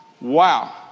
Wow